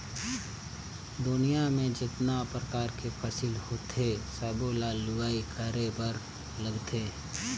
दुनियां में जेतना परकार के फसिल होथे सबो ल लूवाई करे बर लागथे